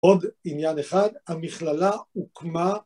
עוד עניין אחד, המכללה הוקמה